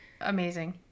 amazing